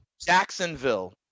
Jacksonville